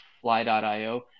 fly.io